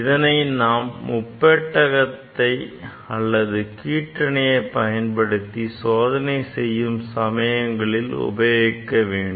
இதனை நாம் முப்பெட்டகத்தை அல்லது கீற்றணியை பயன்படுத்தி சோதனை செய்யும் சமயங்களில் உபயோகிக்க வேண்டும்